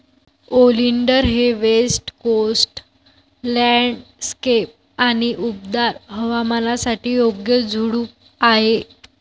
oleander हे west coast landscape आणि उबदार हवामानासाठी योग्य झुडूप आहे